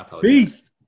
Peace